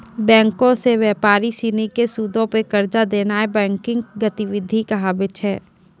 बैंको से व्यापारी सिनी के सूदो पे कर्जा देनाय बैंकिंग गतिविधि कहाबै छै